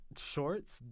shorts